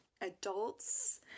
adults